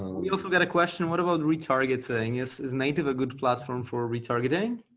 we also got a question. what about retargeting? is is native a good platform for retargeting?